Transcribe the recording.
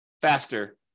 faster